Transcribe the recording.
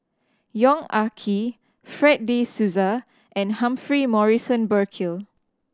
Yong Ah Kee Fred De Souza and Humphrey Morrison Burkill